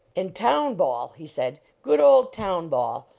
and town ball, he said, good old town ball!